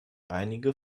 einige